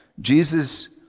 Jesus